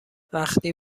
وقتی